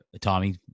Tommy